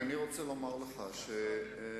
למה אנחנו לא לוקחים את כל המסקנות שלנו מרשות המים,